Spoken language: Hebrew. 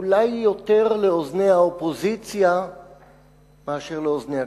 אולי יותר לאוזני האופוזיציה מאשר לאוזני הקואליציה.